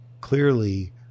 clearly